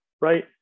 right